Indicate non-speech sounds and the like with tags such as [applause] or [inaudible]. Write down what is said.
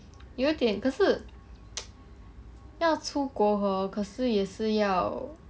有一点可是 [noise] 要出国 hor 可是也是要